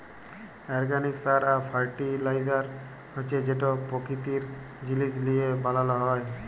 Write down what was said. organic সার বা fertiliser হছে যেট পাকিতিক জিলিস লিঁয়ে বালাল হ্যয়